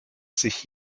sich